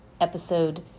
episode